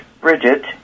Bridget